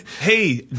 Hey